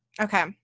Okay